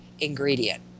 ingredient